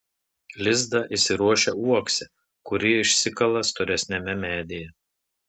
lizdą įsiruošia uokse kurį išsikala storesniame medyje